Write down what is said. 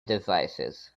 devices